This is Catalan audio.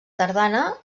tardana